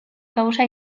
gauza